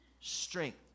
strength